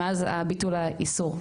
מאז ביטול האיסור,